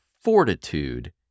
fortitude